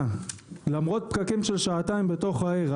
למרות פקקים של שעתיים בתוך העיר,